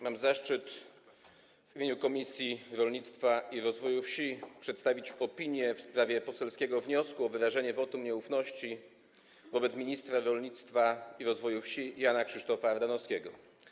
Mam zaszczyt w imieniu Komisji Rolnictwa i Rozwoju Wsi przedstawić opinię w sprawie poselskiego wniosku o wyrażenie wotum nieufności wobec ministra rolnictwa i rozwoju wsi Jana Krzysztofa Ardanowskiego.